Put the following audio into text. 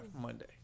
Monday